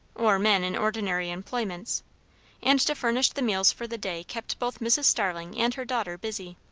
or men in ordinary employments and to furnish the meals for the day kept both mrs. starling and her daughter busy.